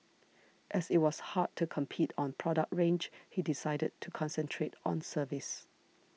as it was hard to compete on product range he decided to concentrate on service